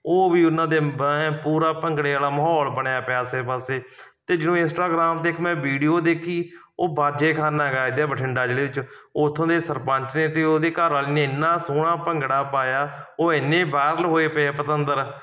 ਉਹ ਵੀ ਉਹਨਾਂ ਦੇ ਐਂ ਪੂਰਾ ਭੰਗੜੇ ਵਾਲਾ ਮਾਹੌਲ ਬਣਿਆ ਪਿਆ ਆਸੇ ਪਾਸੇ ਅਤੇ ਜਦੋਂ ਇੰਸਟਾਗ੍ਰਾਮ 'ਤੇ ਇੱਕ ਮੈਂ ਵੀਡੀਓ ਦੇਖੀ ਉਹ ਬਾਜੇਖਾਨਾ ਗਾ ਇੱਧਰ ਬਠਿੰਡਾ ਜਿਲ੍ਹੇ ਵਿੱਚ ਉਥੋਂ ਦੇ ਸਰਪੰਚ ਨੇ ਅਤੇ ਉਹਦੇ ਘਰਆਲੀ ਨੇ ਇੰਨਾ ਸੋਹਣਾ ਭੰਗੜਾ ਪਾਇਆ ਉਹ ਇੰਨੇ ਵਾਇਰਲ ਹੋਏ ਪਏ ਆ ਪਤੰਦਰ